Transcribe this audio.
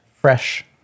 Fresh